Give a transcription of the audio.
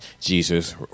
Jesus